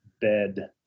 bed